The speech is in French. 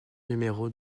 numéro